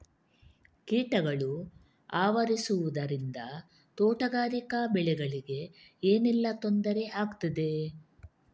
ಕೀಟಗಳು ಆವರಿಸುದರಿಂದ ತೋಟಗಾರಿಕಾ ಬೆಳೆಗಳಿಗೆ ಏನೆಲ್ಲಾ ತೊಂದರೆ ಆಗ್ತದೆ?